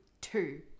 two